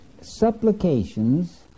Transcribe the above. supplications